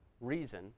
reason